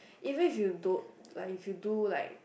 even if you don't like if you do like